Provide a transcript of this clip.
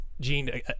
Gene